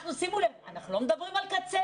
אנחנו, שימו לב, אנחנו לא מדברים על קצפת.